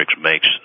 makes